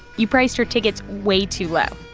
you priced your tickets way too low.